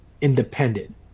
independent